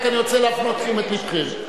אני רק רוצה להפנות תשומת לבכם.